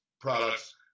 products